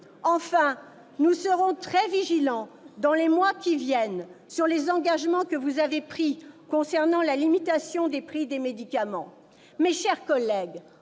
Enfin, nous serons très vigilants, dans les mois à venir, sur les engagements que vous avez pris concernant la limitation des prix des médicaments. Mes chers collègues,